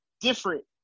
different